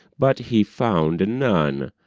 but he found and none.